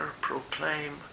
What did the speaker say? proclaim